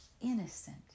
innocent